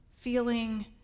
feeling